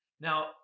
Now